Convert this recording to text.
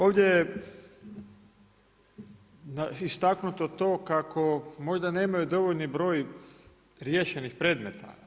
Ovdje je istaknuto to kako možda nemaju dovoljni broj riješenih predmeta.